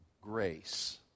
grace